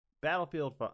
Battlefield